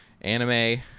anime